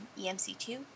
emc2